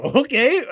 okay